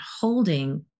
holding